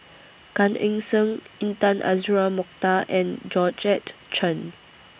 Gan Eng Seng Intan Azura Mokhtar and Georgette Chen